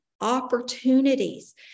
opportunities